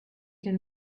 can